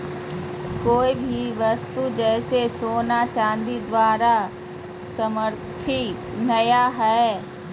कोय भी वस्तु जैसे सोना चांदी द्वारा समर्थित नय हइ